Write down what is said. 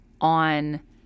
on